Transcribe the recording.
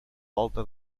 volta